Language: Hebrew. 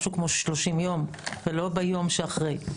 משהו כמו 30 יום ולא ביום שאחרי.